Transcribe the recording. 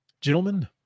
Gentlemen